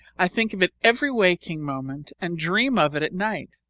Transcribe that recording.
i think of it every waking moment, and dream of it at night.